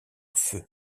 feu